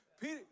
Peter